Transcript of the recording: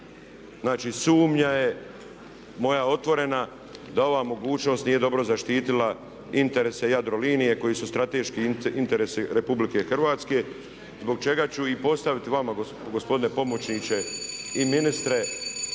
Znači sumnja je moja otvorena da ova mogućnost nije dobro zaštitila interese Jadrolinije koji su strateški interesi Republike Hrvatske zbog čega ću i postaviti vama gospodine pomoćniče da uputite